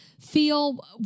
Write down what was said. feel